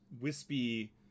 wispy